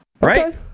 Right